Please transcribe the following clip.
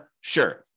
Sure